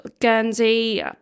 Guernsey